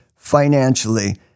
financially